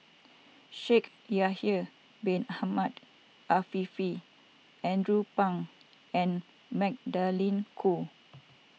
Shaikh Yahya Bin Ahmed Afifi Andrew Phang and Magdalene Khoo